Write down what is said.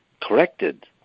corrected